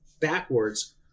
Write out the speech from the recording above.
backwards